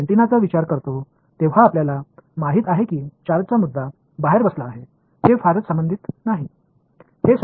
எனவே antenna antenna வின் radar குறுக்குவெட்டு பற்றி நீங்கள் நினைக்கும் போது நாங்கள் நடைமுறையில் பேசுகிறோம் சார்ஜ் பிரச்சினை மிகவும் பொருத்தமானது அல்ல என்பது உங்களுக்குத் தெரியும்